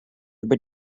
über